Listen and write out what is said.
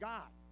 God